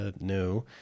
no